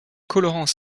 colorants